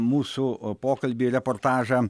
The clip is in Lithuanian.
mūsų pokalbį reportažą